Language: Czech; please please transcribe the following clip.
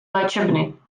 léčebny